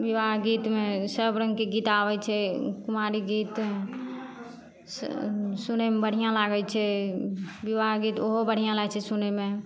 बिवाह गीतमे सब रङ्गके गीत आबय छै कुमारी गीत सुनयमे बढ़िआँ लागय छै बिवाह गीत उहो बढ़िआँ लागय छै सुनयमे